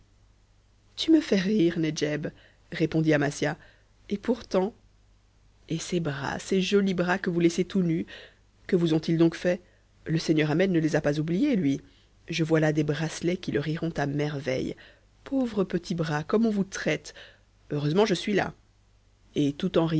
tu me fais rire nedjeb répondit amasia et pourtant et ces bras ces jolis bras que vous laissez tout nus que vous ont il donc fait le seigneur ahmet ne les a pas oubliés lui je vois là des bracelets qui leur iront à merveille pauvres petits bras comme on vous traite heureusement je suis la et tout en